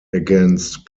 against